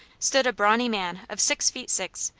stood a brawny man of six feet six,